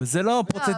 זה לא חוק.